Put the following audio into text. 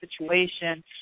situation